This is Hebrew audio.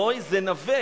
"נוי" זה נווה.